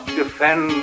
defend